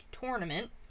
tournament